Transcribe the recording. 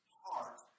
heart